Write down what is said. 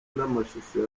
n’amashusho